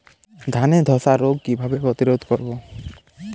ধানে ধ্বসা রোগ কিভাবে প্রতিরোধ করব?